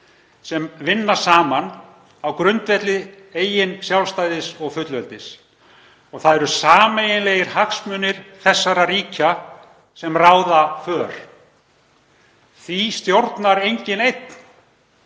sem vinna saman á grundvelli eigin sjálfstæðis og fullveldis og það eru sameiginlegir hagsmunir þessara ríkja sem ráða för. Því stjórnar enginn einn.